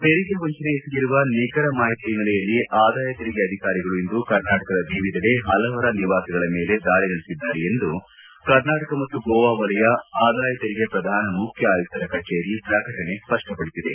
ತೆರಿಗೆ ವಂಚನೆ ಎಸಗಿರುವ ನಿಖರ ಮಾಹಿತಿಯ ಹಿನ್ನೆಲೆಯಲ್ಲಿ ಆದಾಯ ತೆರಿಗೆ ಅಧಿಕಾರಿಗಳು ಇಂದು ಕರ್ನಾಟಕದ ವಿವಿಧೆಡೆ ಪಲವರ ನಿವಾಸಗಳ ಮೇಲೆ ದಾಳಿ ನಡೆಸಿದ್ದಾರೆ ಎಂದು ಕರ್ನಾಟಕ ಮತ್ತು ಗೋವಾ ವಲಯ ಆದಾಯ ತೆರಿಗೆ ಪ್ರಧಾನ ಮುಖ್ಯ ಆಯುಕ್ತರ ಕಚೇರಿ ಪ್ರಕಟಣೆ ಸ್ಪಷ್ಟಪಡಿಸಿದೆ